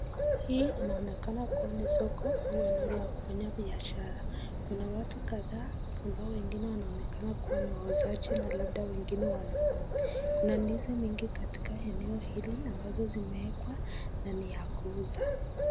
Soko au eneo la kufanya biashara. Kuna watu kadhaa ambao wengine wanaonekana kuwa wauzaji na labda wengine wanunuzi. Kuna ndizi mingi katika eneo hili ambazo zimewekwa na ni ya za kuuza.